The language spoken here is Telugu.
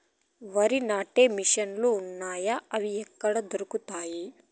వరి నాటే మిషన్ ను లు వున్నాయా? అవి ఎక్కడ దొరుకుతాయి?